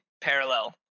parallel